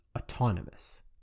autonomous